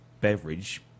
beverage